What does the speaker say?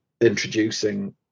introducing